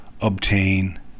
obtain